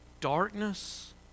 darkness